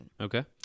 Okay